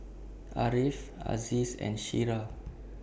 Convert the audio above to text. Ariff Aziz and Syirah